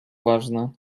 ważne